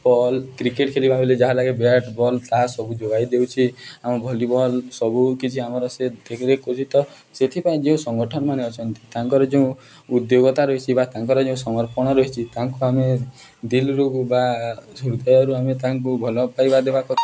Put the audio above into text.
ball cricket ଖେଳିବା ବେଳେ ଯାହା ଲାଗେ ବ୍ୟାଟ୍ ବଲ୍ ତାହା ସବୁ ଯୋଗାଇ ଦେଉଛି ଆମ ଭଲିବଲ୍ ସବୁ କିଛି ଆମର ସେ ଦେଖି ଦେଖି କହୁଛି ତ ସେଥିପାଇଁ ଯେଉଁ ସଂଗଠନ ମାନେ ଅଛନ୍ତି ତାଙ୍କର ଯେଉଁ ଉଦ୍ୟୋଗତା ରହିଚି ବା ତାଙ୍କର ଯେଉଁ ସମର୍ପଣ ରହିଛି ତାଙ୍କୁ ଆମେ ଦିଲ୍ରୁ ବା ହୃଦୟରୁ ଆମେ ତାଙ୍କୁ ଭଲ ପାଇବା ଦେବା